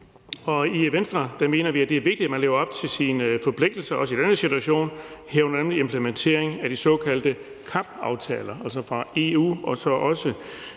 I Venstre mener vi, det er vigtigt, at man lever op til sine forpligtelser også i den her situation, herunder i forbindelse med implementeringen af de såkaldte CAP-aftaler, altså i